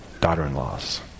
daughter-in-laws